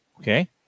Okay